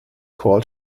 called